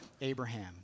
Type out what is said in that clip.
Abraham